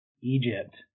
Egypt